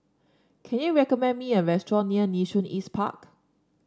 can you recommend me a restaurant near Nee Soon East Park